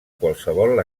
qualsevol